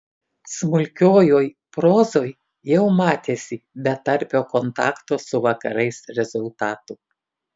smulkiojoj prozoj jau matėsi betarpio kontakto su vakarais rezultatų